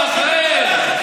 תשתחרר.